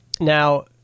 now